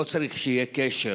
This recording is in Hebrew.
לא צריך להיות קשר,